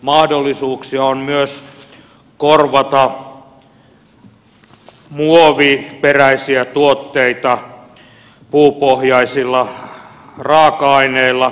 mahdollisuuksia on myös korvata muoviperäisiä tuotteita puupohjaisilla raaka aineilla